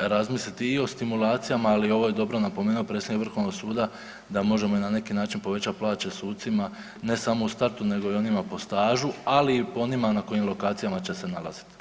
razmisliti i o stimulacija, ali ovo je dobro napomenuo predsjednik Vrhovnog suda da možemo i na neki način povećati plaće sucima na samo u startu nego i onima po stažu, ali i po onima na kojim lokacijama će se nalaziti.